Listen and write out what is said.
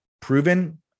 proven